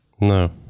No